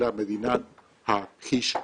אלא מדינת ה'חיש-סע'.